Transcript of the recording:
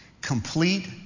Complete